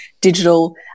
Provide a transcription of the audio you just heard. digital